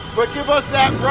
but give us that right.